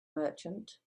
merchant